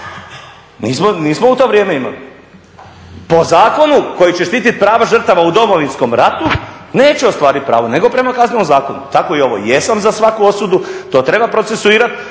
nismo u to vrijeme imali. Po zakonu koji će štititi prava žrtava u Domovinskom ratu, neće ostvariti pravo nego prema Kaznenom zakonu, tako i ovo. Jesam za svaku osudu, to treba procesuirati,